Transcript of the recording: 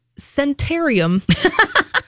Centarium